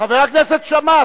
חבר הכנסת שאמה.